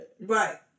Right